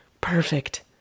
Perfect